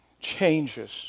changes